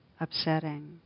upsetting